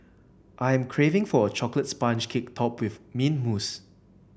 I am craving for a chocolate sponge cake topped with mint mousse